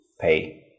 pay